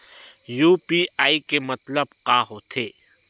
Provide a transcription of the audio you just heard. UPI के मतलब का होथे?